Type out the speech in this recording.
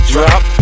Drop